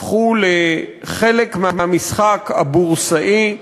הפכו לחלק מהמשחק הבורסאי,